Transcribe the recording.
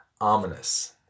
Ominous